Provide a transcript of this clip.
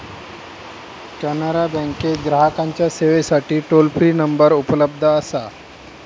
कॅनरा बँकेत ग्राहकांच्या सेवेसाठी टोल फ्री नंबर उपलब्ध असा